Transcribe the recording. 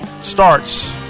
starts